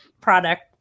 product